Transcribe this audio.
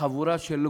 חבורה של,